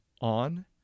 on